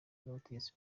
n’ubutegetsi